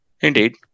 Indeed